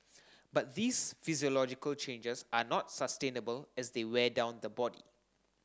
but these physiological changes are not sustainable as they wear down the body